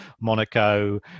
monaco